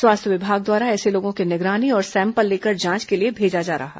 स्वास्थ्य विभाग द्वारा ऐसे लोगों की निगरानी और सैंपल लेकर जांच के लिए भेजा जा रहा है